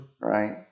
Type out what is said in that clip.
right